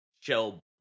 shell